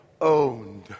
owned